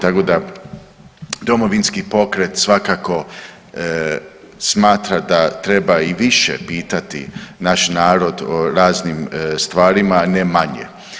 Tako da Domovinski pokret svakako smatra da treba i više pitati naš narod o raznim stvarima, ne manje.